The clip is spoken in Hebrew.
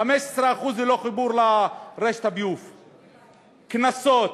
15% ללא חיבור לרשת הביוב, קנסות,